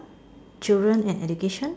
children and education